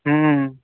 हूँ